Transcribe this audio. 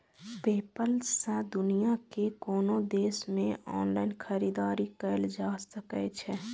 PayPal सं दुनिया के कोनो देश मे ऑनलाइन खरीदारी कैल जा सकै छै